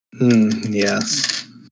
yes